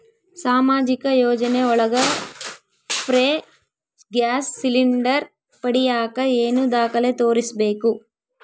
ಸಾಮಾಜಿಕ ಯೋಜನೆ ಒಳಗ ಫ್ರೇ ಗ್ಯಾಸ್ ಸಿಲಿಂಡರ್ ಪಡಿಯಾಕ ಏನು ದಾಖಲೆ ತೋರಿಸ್ಬೇಕು?